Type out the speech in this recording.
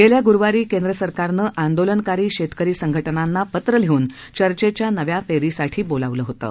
गेल्या गुरुवारी केंद्रसरकारनं आंदोलनकारी शेतकरी संघटनांना पत्र लिहून चर्चेच्या नव्या फेरीसाठी बोलावलं होतं